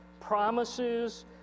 promises